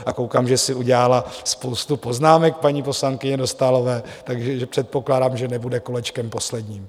A koukám, že si udělala spoustu poznámek paní poslankyně Dostálová, tak předpokládám, že nebude kolečkem posledním.